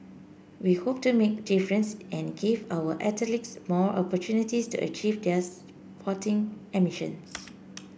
we hope to make difference and give our athletes more opportunities to achieve their sporting ambitions